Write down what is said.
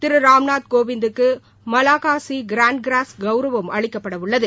திரு ராம்நாத் கோவிந்துக்கு Malagasy grand cross கவுரவம் அளிக்கப்படவுள்ளது